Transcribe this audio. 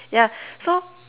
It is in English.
ya so